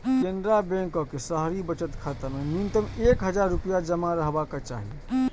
केनरा बैंकक शहरी बचत खाता मे न्यूनतम एक हजार रुपैया जमा रहबाक चाही